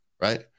Right